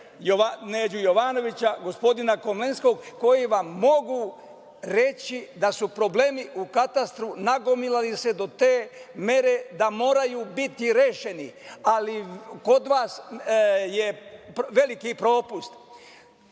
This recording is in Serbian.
Neđu Jovanovića, gospodina Komlenskog, koji vam mogu reći da su problemi u katastru nagomilali se do te mere da moraju biti rešeni. Kod vas je veliki propust